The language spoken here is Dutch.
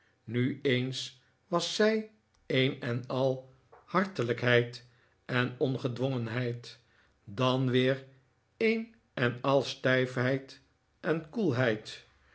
nu eens was zij een en al hartelijkheid en ongedwongenheid dan weer een en al stijfheid en koelheid